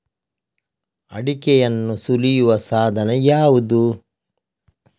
ಅಡಿಕೆಯನ್ನು ಸುಲಿಯುವ ಸಾಧನ ಯಾವುದು?